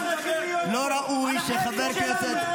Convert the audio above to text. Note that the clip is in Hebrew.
זו בושה --- לא ראוי שחבר כנסת ----- -על החיילים שלנו.